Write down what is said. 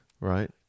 right